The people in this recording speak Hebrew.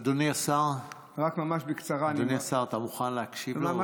אדוני השר, אתה מוכן להקשיב לו?